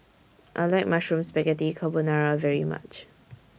I like Mushroom Spaghetti Carbonara very much